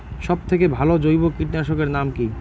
সব থেকে ভালো জৈব কীটনাশক এর নাম কি?